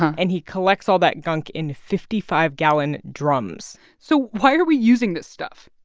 and he collects all that gunk in fifty five gallon drums so why are we using this stuff?